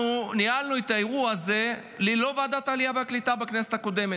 אנחנו ניהלנו את האירוע הזה בלי ועדת העלייה והקליטה בכנסת הקודמת.